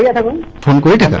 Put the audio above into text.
yeah them into the